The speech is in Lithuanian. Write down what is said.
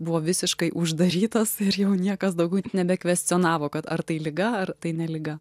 buvo visiškai uždarytas ir jau niekas daugiau nebekvestionavo kad ar tai liga ar tai ne liga